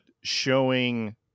showing